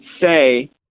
say